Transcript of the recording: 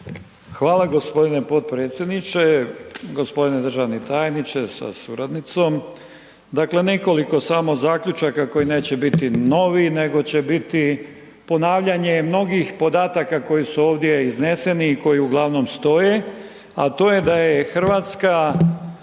Hvala g. potpredsjedniče. G. državni tajniče sa suradnicom. Dakle, nekoliko samo zaključaka koji neće biti novi nego će biti ponavljanje mnogih podataka koji su ovdje izneseni i koji uglavnom stoje, a to je da je Hrvatska